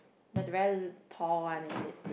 the very tall one is it